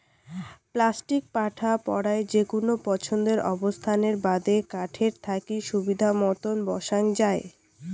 plastic পাটা পরায় যেকুনো পছন্দের অবস্থানের বাদে কাঠের থাকি সুবিধামতন বসাং যাই